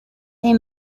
they